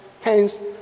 Hence